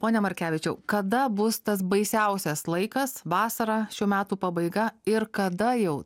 pone malkevičiau kada bus tas baisiausias laikas vasarą šių metų pabaigą ir kada jau